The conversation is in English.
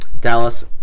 Dallas